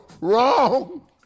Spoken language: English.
Wrong